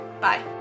Bye